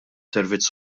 servizz